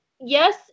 Yes